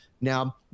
Now